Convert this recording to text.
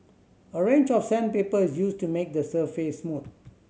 a range of sandpaper is used to make the surface smooth